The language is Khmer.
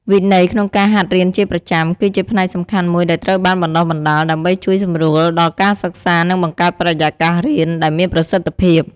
វិន័យក្នុងការហាត់រៀនជាប្រចាំ គឺជាផ្នែកសំខាន់មួយដែលត្រូវបានបណ្តុះបណ្តាល ដើម្បីជួយសម្រួលដល់ការសិក្សា និងបង្កើតបរិយាកាសរៀនដែលមានប្រសិទ្ធភាព។